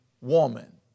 woman